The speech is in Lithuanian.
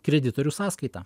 kreditorių sąskaita